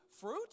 fruit